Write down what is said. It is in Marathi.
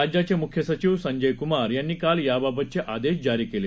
राज्याचे मुख्य सचिव संजय कुमार यांनी काल याबाबतचे आदेश जारी केले